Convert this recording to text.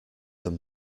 them